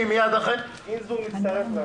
גינזבורג מצטרף.